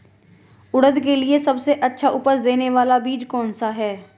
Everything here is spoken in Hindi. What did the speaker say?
उड़द के लिए सबसे अच्छा उपज देने वाला बीज कौनसा है?